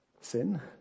sin